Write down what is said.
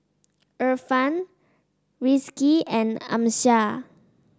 Irfan Rizqi and Amsyar